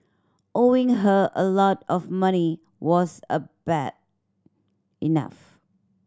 owing her a lot of money was a bad enough